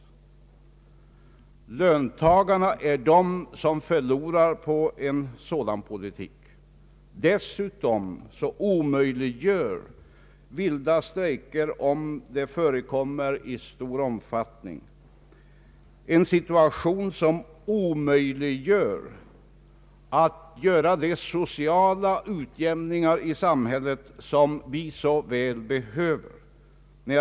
Löntagarna är de som förlorar på en sådan politik. Dessutom skapar vilda strejker, om de förekommer i stor omfattning, en situation som omöjliggör de sociala utjämningar i samhället som vi så väl behöver.